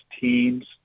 teams